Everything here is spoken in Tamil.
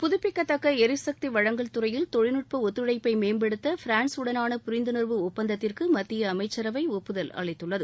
புதுப்பிக்கத்தக்க எரிசக்தி வளங்கள் துறையில் தொழில்நுட்ப ஒத்துழைப்பை மேம்படுத்த பிரான்ஸ் உடனான புரிந்துணர்வு ஒப்பந்தத்திற்கு மத்திய அமைச்சரவை ஒப்புதல் அளித்துள்ளது